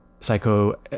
psycho